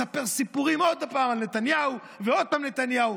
מספר סיפורים עוד פעם על נתניהו ועוד פעם על נתניהו.